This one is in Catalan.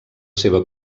seva